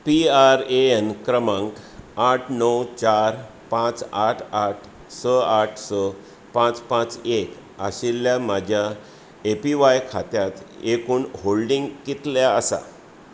P R A N क्रमांक आठ णव चार पांच आठ आठ स आठ स पाच पाच एक आशिल्ल्या म्हज्या ए पी व्हाय खात्यांत एकूण होल्डिंग कितलें आसा